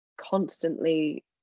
constantly